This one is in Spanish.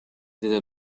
desde